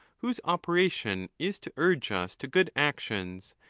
whose operation is to urge us to good actions,